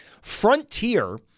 Frontier